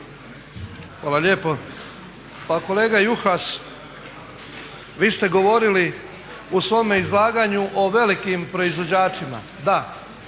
Hvala lijepo. Pa kolega Juhas vi ste govorili u svome izlaganju o velikim proizvođačima. Da,